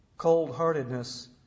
cold-heartedness